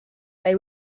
they